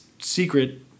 secret